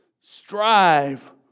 strive